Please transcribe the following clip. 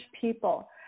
people